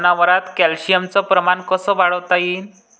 जनावरात कॅल्शियमचं प्रमान कस वाढवता येईन?